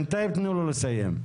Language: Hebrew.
בינתיים תני לו לסיים.